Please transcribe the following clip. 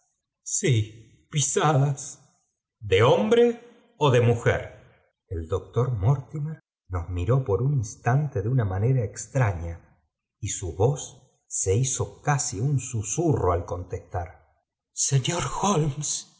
pinadas pisadas devhombre ó é mu jer el doctor mortimjos miró por un instante de una manera extraña bu voz se hizo casi un susürro al contestar w